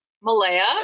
Malaya